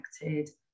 connected